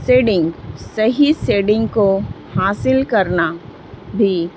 seeding صحیح seeding کو حاصل کرنا بھی